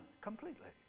completely